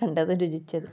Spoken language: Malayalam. കണ്ടതും രുചിച്ചതും